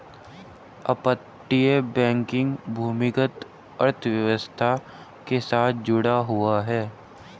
अपतटीय बैंकिंग भूमिगत अर्थव्यवस्था के साथ जुड़ा हुआ है